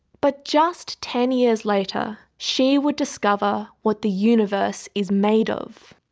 but just ten years later, she would discover what the universe is made of.